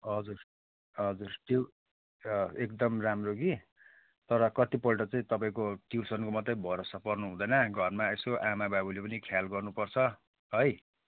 हजुर हजुर त्यो एकदम राम्रो कि तर कतिपल्ट चाहिँ तपाईँको ट्युसनको मात्रै भरोसा पर्नु हुँदैन घरमा यसो आमा बाबुले पनि ख्याल गर्नुपर्छ है